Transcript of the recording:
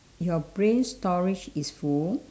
your brain storage is full